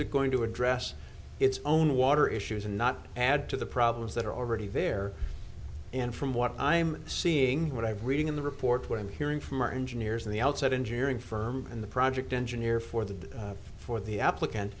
it going to address its own water issues and not add to the problems that are already there and from what i'm seeing what i've read in the report what i'm hearing from our engineers and the outside engineering firm and the project engineer for the for the applicant